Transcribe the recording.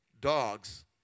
Dogs